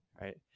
right